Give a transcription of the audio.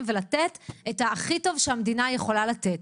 ולתת את הכי טוב שהמדינה יכולה לתת.